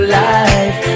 life